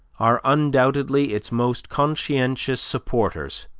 are undoubtedly its most conscientious supporters,